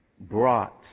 brought